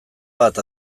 bat